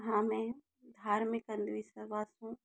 हाँ मैं धार्मिक अंधविश्वासों